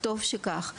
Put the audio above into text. וטוב שכך,